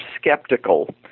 skeptical